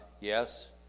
Yes